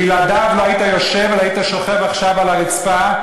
בלעדיו לא היית יושב אלא היית שוכב עכשיו על הרצפה,